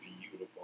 beautiful